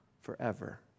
forever